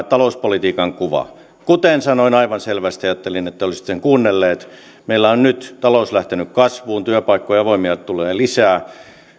talouspolitiikan kuva kuten sanoin aivan selvästi ajattelin että olisitte kuunnelleet meillä on nyt talous lähtenyt kasvuun avoimia työpaikkoja tulee lisää